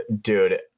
dude